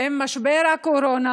עם משבר הקורונה.